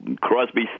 Crosby